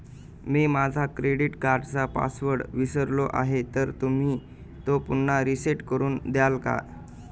मी माझा क्रेडिट कार्डचा पासवर्ड विसरलो आहे तर तुम्ही तो पुन्हा रीसेट करून द्याल का?